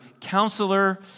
counselor